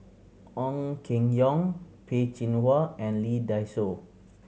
Ong Keng Yong Peh Chin Hua and Lee Dai Soh